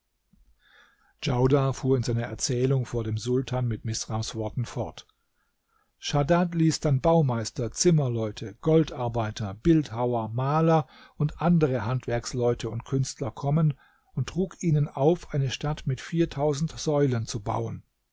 djaudar fuhr in seiner erzählung vor dem sultan mit misrams worten fort schadad ließ dann baumeister zimmerleute goldarbeiter bildhauer maler und andere handwerksleute und künstler kommen und trug ihnen auf eine stadt mit viertausend säulen zu bauen